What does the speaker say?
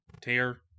tear